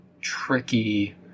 tricky